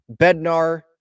Bednar